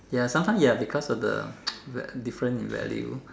ya sometime ya because of the different in value